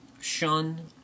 shun